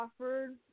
offered